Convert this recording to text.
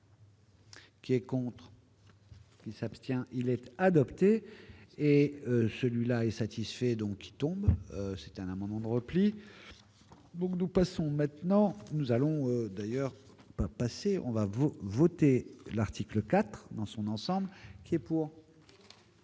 Qui est contre. Il s'abstient, il était adopté, et celui-là est satisfait donc tombe, c'est un amendement de repli, bon nous passons maintenant, nous allons d'ailleurs passer on va vous votez l'article IV dans son ensemble qui est pour.